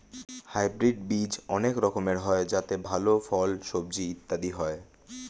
hybrid বীজ অনেক রকমের হয় যাতে ভালো ফল, সবজি ইত্যাদি হয়